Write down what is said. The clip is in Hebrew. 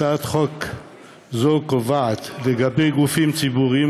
הצעת חוק זו קובעת לגבי גופים ציבוריים,